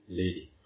lady